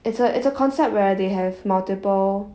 it's a it's a concept where they have multiple